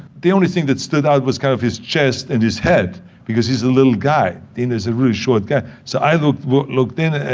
the only thing that stood out was kind of his chest and his head because he's a little guy. dino's a really short guy. so i looked looked in,